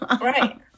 Right